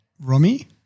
Romy